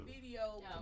video